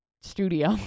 studio